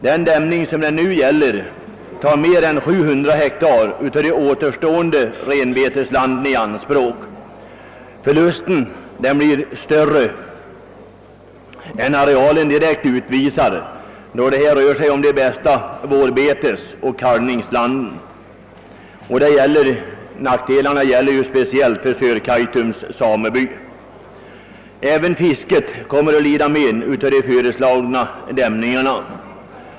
Den dämning det nu gäller tar mer än 700 hektar av de återstående renbeteslanden i anspråk. Förlusten blir större än arealen direkt utvisar, då det här rör sig om de bästa vårbetesoch kalvningslanden. Nackdelarna drabbar speciellt Sörkaitums sameby. Även fisket kommer att lida men av de föreslagna dämningarna.